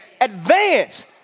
advance